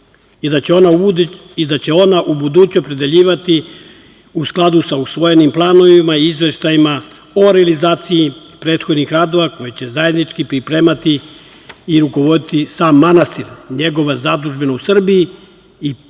i da će ona ubuduće opredeljivati u skladu sa usvojenim planovima i izveštajima o realizaciji prethodnih radova koje će zajednički pripremati i rukovoditi sam manastir, njegova zadužbina u Srbiji i posebna